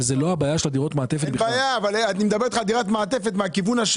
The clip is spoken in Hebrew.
אבל זו לא הבעיה של דירות המעטפת בכלל.